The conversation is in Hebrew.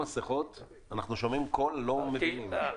מסכות ואנחנו שומעים קול ולא מבינים.